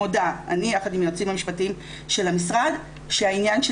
מודה אני יחד עם היועצים המשפטיים של המשרד שהעניין של